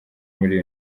muri